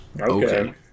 Okay